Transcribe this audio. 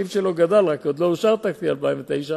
אנחנו כותבים את החוקים ואתם את התקנות.